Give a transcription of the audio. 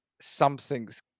something's